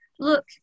look